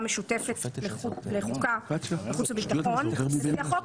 משותפת לחוקה וחוץ וביטחון לפי החוק,